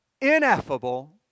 ineffable